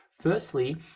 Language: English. Firstly